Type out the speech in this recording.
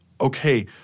okay